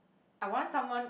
I want someone